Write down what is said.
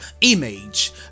image